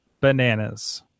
bananas